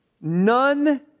none